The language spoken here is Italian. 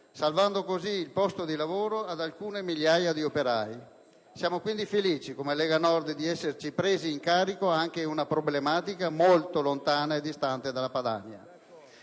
salvando così il posto di lavoro ad alcune migliaia di operai. Siamo quindi felici di esserci presi in carico anche una problematica molto distante dalla Padania.